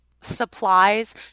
supplies